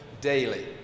daily